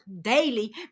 daily